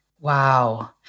Wow